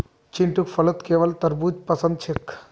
चिंटूक फलत केवल तरबू ज पसंद छेक